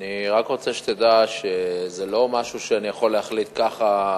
אני רק רוצה שתדע שזה לא משהו שאני יכול להחליט ככה,